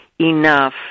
enough